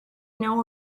know